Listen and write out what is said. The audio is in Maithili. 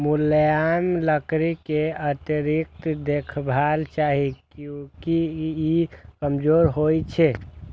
मुलायम लकड़ी कें अतिरिक्त देखभाल चाही, कियैकि ई कमजोर होइ छै